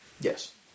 Yes